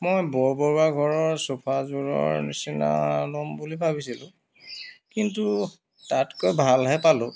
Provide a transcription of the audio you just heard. মই বৰবৰুৱা ঘৰৰ চোফাযোৰৰ নিচিনা অলপ ল'ম বুলি ভাবিছিলো কিন্তু তাতকৈ ভালহে পালোঁ